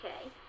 okay